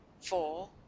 four